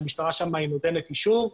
שהמשטרה שם היא נותנת אישור.